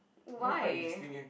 I know quite interesting eh